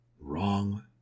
wrong